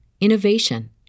innovation